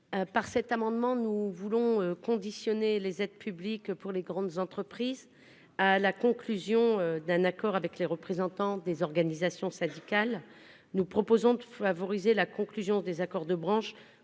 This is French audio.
Par cet amendement, nous souhaitons conditionner les aides publiques pour les grandes entreprises à la conclusion d'un accord avec les représentants des organisations syndicales. Nous proposons de favoriser la conclusion des accords de branche